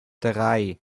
drei